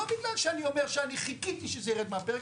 לא בגלל שאני אומר שאני חיכיתי שזה ירד מהפרק,